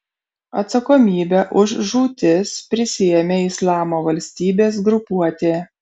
atsakomybę už žūtis prisiėmė islamo valstybės grupuotė